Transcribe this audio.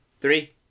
Three